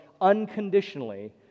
unconditionally